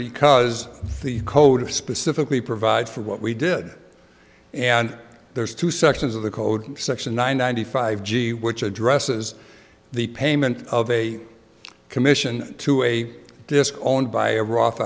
because the code of specifically provides for what we did and there's two sections of the code section one ninety five g which addresses the payment of a commission to a disc owned by a roth